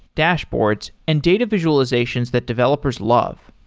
dashboards and data visualizations that developers love.